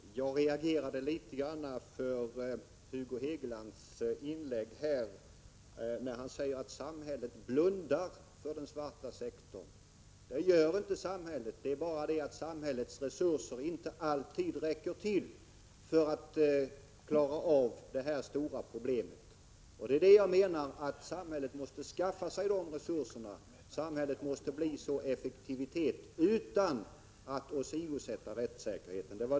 Herr talman! Jag reagerade litet när Hugo Hegeland i sitt inlägg sade att samhället blundar för den svarta sektorn. Det gör inte samhället. Det är bara det att samhällets resurser inte alltid räcker till för att klara det här stora problemet. Vad jag menar är att samhället måste skaffa sig dessa resurser — samhället måste bli så här effektivt utan att åsidosätta rättssäkerheten.